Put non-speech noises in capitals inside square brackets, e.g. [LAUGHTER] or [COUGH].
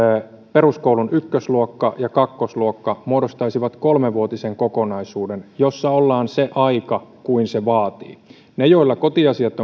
peruskoulun ykkösluokka ja kakkosluokka muodostaisivat kolmevuotisen kokonaisuuden jossa ollaan se aika jonka se vaatii ne joilla kotiasiat [UNINTELLIGIBLE]